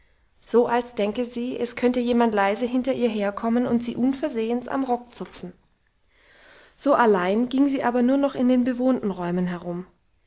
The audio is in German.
so als denke sie es könnte jemand leise hinter ihr herkommen und sie unversehens am rock zupfen so allein ging sie aber nur noch in den bewohnten räumen herum